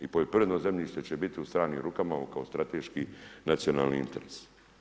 I poljoprivredno zemljište će biti u stranim rukama, kao strateški nacionalni interes.